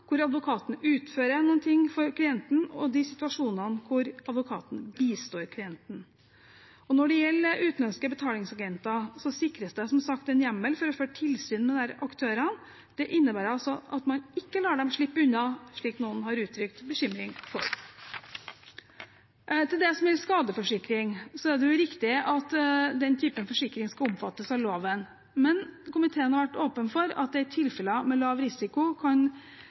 hvor advokaten utfører noe for klienten, og de situasjonene hvor advokaten bistår klienten. Når det gjelder utenlandske betalingsagenter, sikres det som sagt en hjemmel for å føre tilsyn med disse aktørene, og det innebærer at man ikke lar dem slippe unna, slik noen har uttrykt bekymring for. Til det som gjelder skadeforsikring, er det riktig at den typen forsikring skal omfattes av loven. Men komiteen har vært åpen for at det i tilfeller med lav risiko